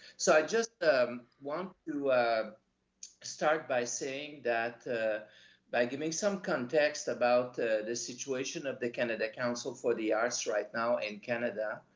so i just want to start by saying that by giving some context about the situation of the canada council for the arts right now in canada.